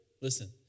listen